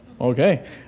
Okay